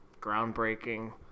groundbreaking